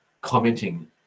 commenting